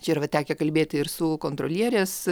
čia yra va tekę kalbėti ir su kontrolierės